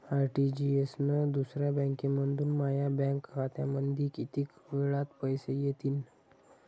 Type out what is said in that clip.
RTGS न दुसऱ्या बँकेमंधून माया बँक खात्यामंधी कितीक वेळातं पैसे येतीनं?